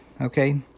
okay